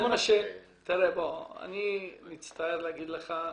אני מצטער להגיד לך.